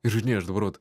ir žinai aš dabar vat